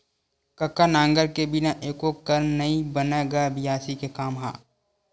कका नांगर के बिना एको कन नइ बनय गा बियासी के काम ह?